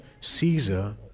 Caesar